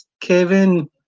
Kevin